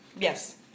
yes